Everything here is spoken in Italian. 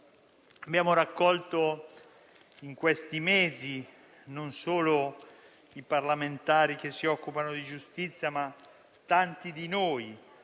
da remoto. In questi mesi, non solo i parlamentari che si occupano di giustizia ma tanti altri,